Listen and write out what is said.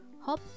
hop